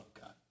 God